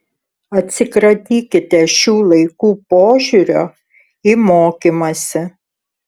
atsikratykite šių laikų požiūrio į mokymąsi